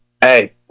Hey